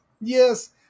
yes